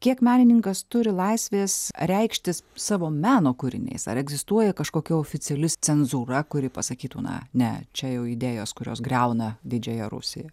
kiek menininkas turi laisvės reikštis savo meno kūriniais ar egzistuoja kažkokia oficiali cenzūra kuri pasakytų na ne čia jau idėjos kurios griauna didžiąją rusiją